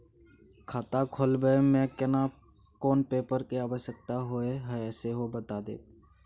खाता खोलैबय में केना कोन पेपर के आवश्यकता होए हैं सेहो बता देब?